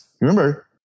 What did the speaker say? remember